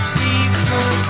people